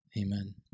Amen